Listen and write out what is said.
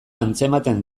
antzematen